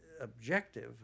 objective